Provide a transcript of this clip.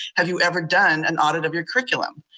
have you ever done an audit of your curriculum?